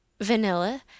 Vanilla